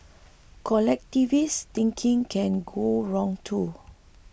collectivist thinking can go wrong too